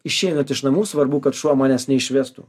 išeinant iš namų svarbu kad šuo manęs neišvestų